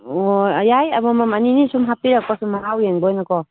ꯑꯣ ꯌꯥꯏ ꯑꯃꯃꯝ ꯑꯅꯤ ꯑꯅꯤ ꯁꯨꯝ ꯍꯥꯄꯤꯔꯛꯄ ꯁꯨꯝ ꯃꯍꯥꯎ ꯌꯦꯡꯕ ꯑꯣꯏꯅꯀꯣ